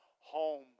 home